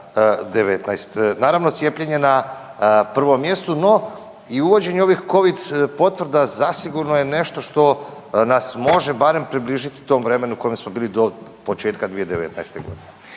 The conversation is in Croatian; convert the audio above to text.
naravno cijepljene na prvom mjestu. No i uvođenje ovih covid potvrda zasigurno je nešto što nas može barem približiti tom vremenu u kojem smo bili do početka 2019.g.